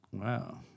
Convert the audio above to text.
Wow